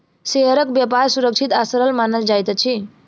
शेयरक व्यापार सुरक्षित आ सरल मानल जाइत अछि